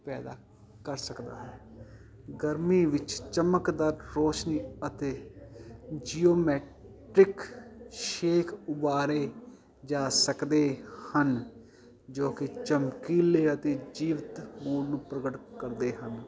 ਪੈਦਾ ਕਰ ਸਕਦਾ ਹੈ ਗਰਮੀ ਵਿੱਚ ਚਮਕਦਾ ਰੋਸ਼ਨੀ ਅਤੇ ਜੀਉ ਮੈਟ੍ਰਿਕ ਸ਼ੇਕ ਉਬਾਰੇ ਜਾ ਸਕਦੇ ਹਨ ਜੋ ਕੀ ਚਮਕੀਲੇ ਅਤੇ ਜੀਵਤ ਮੂਡ ਨੂੰ ਪ੍ਰਗਟ ਕਰਦੇ ਹਨ